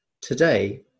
today